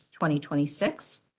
2026